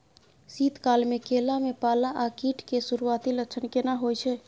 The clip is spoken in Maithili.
शीत काल में केला में पाला आ कीट के सुरूआती लक्षण केना हौय छै?